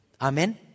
Amen